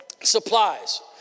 supplies